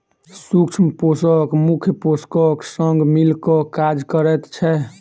सूक्ष्म पोषक मुख्य पोषकक संग मिल क काज करैत छै